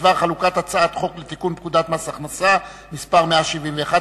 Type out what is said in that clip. בדבר חלוקת הצעת חוק לתיקון פקודת מס הכנסה (מס' 171),